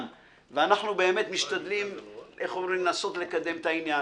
ואנחנו באמת משתדלים לנסות לקדם את העניין.